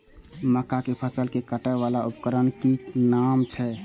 मक्का के फसल कै काटय वाला उपकरण के कि नाम छै?